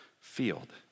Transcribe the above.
field